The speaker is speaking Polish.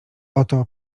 oto